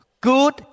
good